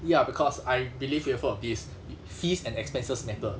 ya because I believe we have heard of this fees and expenses matter